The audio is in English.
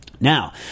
Now